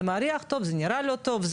זה מריח לא טוב, זה נראה לא טוב,